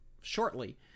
shortly